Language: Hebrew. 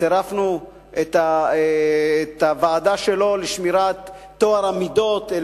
וצירפנו את הוועדה שלו לשמירת טוהר המידות אל